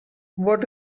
what